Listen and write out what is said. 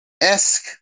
esque